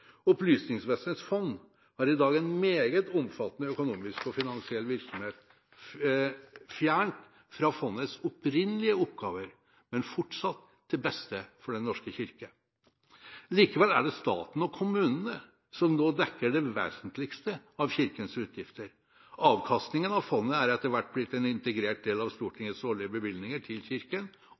Opplysningsvesenets fond har i dag en meget omfattende økonomisk og finansiell virksomhet fjernt fra fondets opprinnelige oppgaver, men fortsatt til beste for Den norske kirke. Likevel er det staten og kommunene som nå dekker det vesentligste av Kirkens utgifter. Avkastningen av fondet har etter hvert blitt en integrert del av Stortingets årlige bevilgninger til Kirken